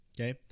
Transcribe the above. okay